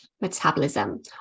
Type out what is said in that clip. metabolism